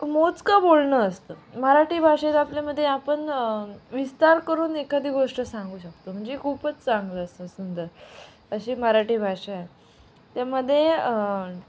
मोजकं बोलणं असतं मराठी भाषेत आपल्यामध्ये आपण विस्तार करून एखादी गोष्ट सांगू शकतो म्हणजे खूपच चांगलं असं सुंदर अशी मराठी भाषा आहे त्यामध्ये